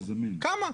כמה?